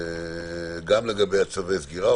גם לגבי צווי הסגירה.